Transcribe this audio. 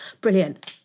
brilliant